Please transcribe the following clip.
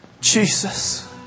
Jesus